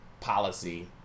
policy